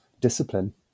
discipline